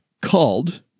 called